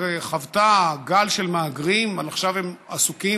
שחוותה גל של מהגרים עכשיו הם עסוקים